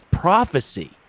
prophecy